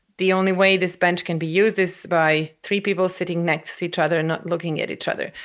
the only way this bench can be used is by three people sitting next to each other and not looking at each other,